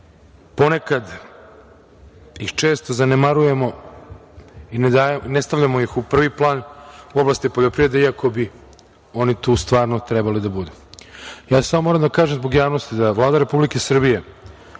ponekad ih često zanemarujemo i ne stavljamo ih u prvi plan u oblasti poljoprivrede iako bi oni tu stvarno trebali da budu. Ja samo moram da kažem zbog javnosti da Vlada Republike Srbije